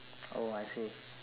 oh I see